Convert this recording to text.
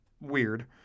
weird